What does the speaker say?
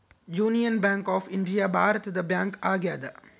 union Bank of India ಭಾರತದ bank ಆಗ್ಯಾದ